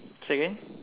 say again